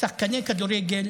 שחקני כדורגל